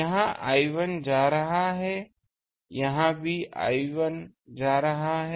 यह I1 जा रहा था यहाँ भी I1 जा रहा है